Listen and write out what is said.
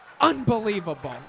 Unbelievable